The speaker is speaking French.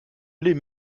lait